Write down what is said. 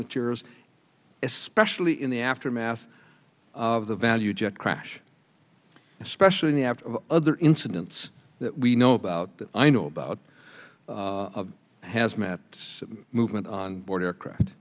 material especially in the aftermath of the value jet crash especially after other incidents that we know about that i know about hazmat movement on board aircraft